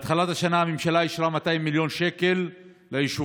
בתחילת השנה הממשלה אישרה 200 מיליון שקל ליישובים